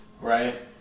Right